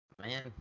Man